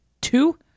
two